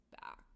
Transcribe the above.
back